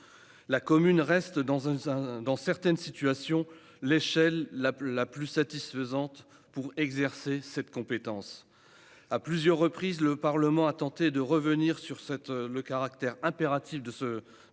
La commune reste dans certaines situations l'échelon le plus satisfaisant pour exercer les compétences eau et assainissement. À plusieurs reprises, le Parlement a tenté de revenir sur le caractère impératif de ce transfert.